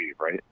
right